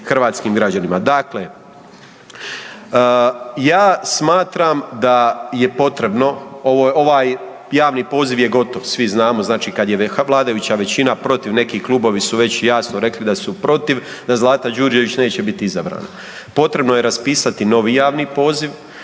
hrvatskim građanima. Dakle, ja smatram da je potrebno, ovaj javni poziv, svi znamo, znači kad je vladajuća većina protiv, neki klubovi su već jasno rekli da su protiv, da Zlata Đurđević neće biti izabrana. Potrebno je raspisati novi javni poziv,